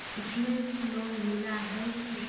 इसमें भी लोन मिला है की